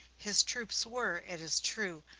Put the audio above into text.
his troops were, it is true,